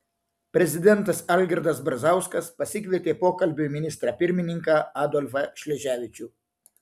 prezidentas algirdas brazauskas pasikvietė pokalbiui ministrą pirmininką adolfą šleževičių